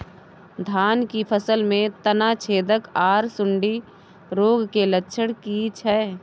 धान की फसल में तना छेदक आर सुंडी रोग के लक्षण की छै?